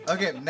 Okay